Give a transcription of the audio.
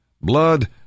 blood